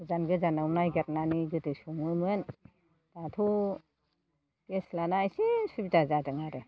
गोजान गोजानाव नायगिरनानै सङोमोन दाथ' गेस नालाय एसे सुबिदा जादों आरो